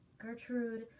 Gertrude